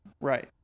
Right